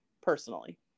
personally